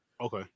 Okay